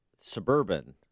suburban